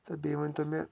تہٕ بیٚیہِ ؤنۍتو مےٚ